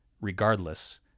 regardless